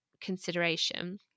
consideration